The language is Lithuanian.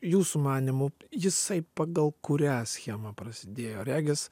jūsų manymu jisai pagal kurią schemą prasidėjo regis